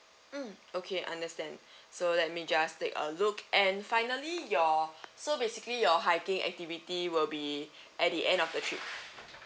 mm okay understand so let me just take a look and finally your so basically your hiking activity will be at the end of the trip